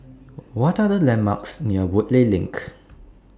What Are The landmarks near Woodleigh LINK